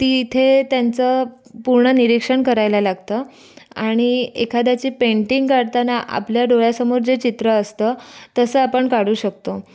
ती इथे त्यांचं पूर्ण निरीक्षण करायला लागतं आणि एखाद्याची पेंटिंग काढतांना आपल्या डोळ्यासमोर जे चित्र असतं तसं आपण काढू शकतो